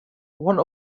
one